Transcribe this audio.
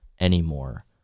anymore